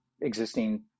existing